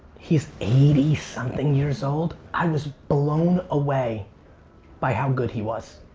he's eighty something years old. i was blown away by how good he was,